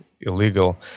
illegal